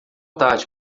tarde